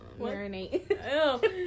marinate